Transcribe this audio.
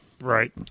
Right